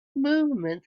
movement